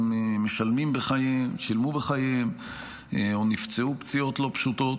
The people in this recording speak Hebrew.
גם שילמו בחייהם או נפצעו פציעות לא פשוטות.